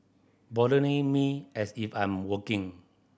bothering me as if I'm working